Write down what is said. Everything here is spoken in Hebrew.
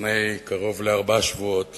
לפני קרוב לארבעה שבועות